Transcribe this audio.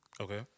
Okay